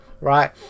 right